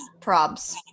Probs